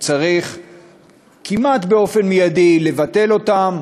וצריך כמעט מייד לבטל אותם,